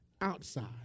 outside